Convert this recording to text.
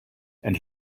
and